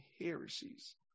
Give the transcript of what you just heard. heresies